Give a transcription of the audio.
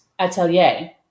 Atelier